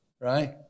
right